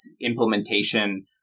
implementation